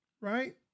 right